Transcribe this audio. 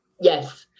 Yes